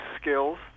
skills